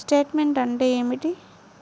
Statement అంటే ఏమిటి?